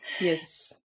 Yes